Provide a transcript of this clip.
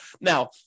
Now